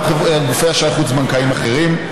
גם גופי אשראי חוץ-בנקאיים אחרים,